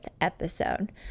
episode